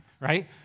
right